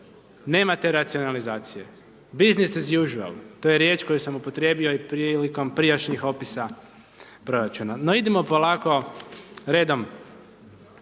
nema te racionalizacije. Business is usual to je riječ koju sam upotrijebio i prilikom prijašnjih opisa proračuna. No, idemo polako redom,